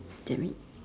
that mean